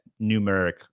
numeric